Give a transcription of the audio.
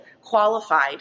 qualified